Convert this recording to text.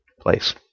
place